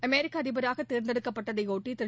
அமெரிக்க அதிபராக தேர்ந்தெடுக்கப்பட்டதை ஒட்டி திரு